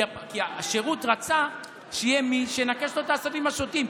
כי השירות רצה שיהיה מי שינכש לו את העשבים השוטים,